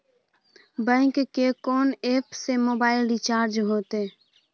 Bank के कोन app से मोबाइल रिचार्ज हेते?